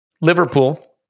Liverpool